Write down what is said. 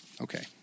Okay